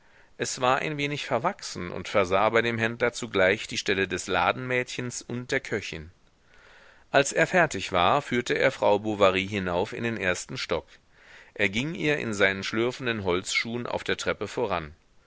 es war ein wenig verwachsen und versah bei dem händler zugleich die stelle des ladenmädchens und der köchin als er fertig war führte er frau bovary hinauf in den ersten stock er ging ihr in seinen schlürfenden holzschuhen auf der treppe voran